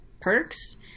perks